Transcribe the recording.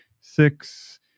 six